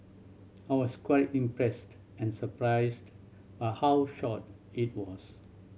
I was quite impressed and surprised by how short it was